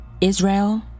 Israel